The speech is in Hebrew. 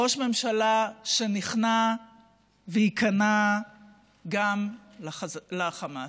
ראש ממשלה שנכנע וייכנע גם לחמאס.